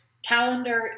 calendar